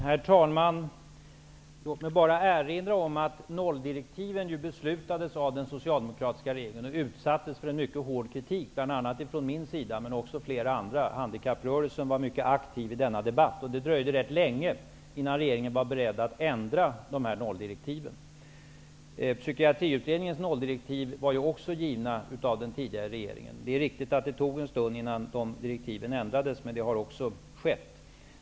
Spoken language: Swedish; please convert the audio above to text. Herr talman! Låt mig bara erinra om att nolldirektiven beslutades av den socialdemokratiska regeringen och utsattes för mycket hård kritik från mig och flera andra. Handikapprörelsen var mycket aktiv i denna debatt. Det dröjde dock rätt länge innan regeringen var beredd att ändra de här nolldirektiven. Också Psykiatriutredningens nolldirektiv beslutades av den tidigare regeringen. Det är riktigt att det tog en tid innan direktiven ändrades, men det blev en ändring.